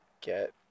get